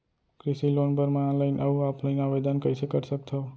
कृषि लोन बर मैं ऑनलाइन अऊ ऑफलाइन आवेदन कइसे कर सकथव?